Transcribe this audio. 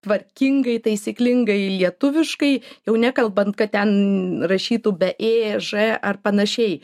tvarkingai taisyklingai lietuviškai jau nekalbant kad ten rašytų be ė ž ar panašiai